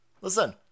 listen